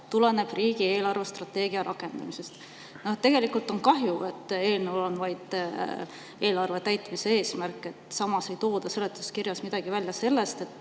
tuleneb riigi eelarvestrateegia rakendamisest. Tegelikult on kahju, et eelnõul on vaid eelarve täitmise eesmärk. Samas ei tooda seletuskirjas midagi välja selle kohta, et